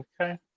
Okay